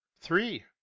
three